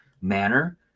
manner